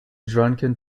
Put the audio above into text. drunken